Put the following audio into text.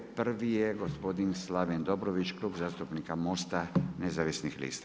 Prvo je gospodin Slaven Dobrović, Klub zastupnika Mosta nezavisnih lista.